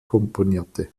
komponierte